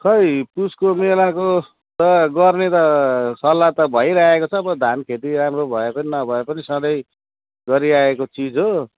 खोइ पुसको मेलाको त गर्ने त सल्लाह त भइरहेको छ अब धान खेती राम्रो भए पनि नभए पनि सधैँ गरिआएको चिज हो